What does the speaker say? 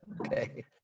Okay